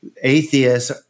atheists